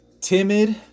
timid